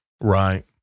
right